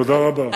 תודה רבה.